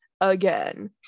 again